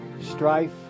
strife